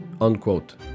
unquote